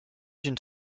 une